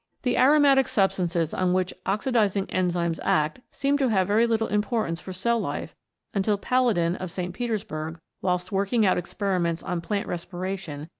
the aromatic substances on which oxidising enzymes act seemed to have very little importance for cell-life until palladin, of st. petersburg, whilst working out experiments on plant respiration,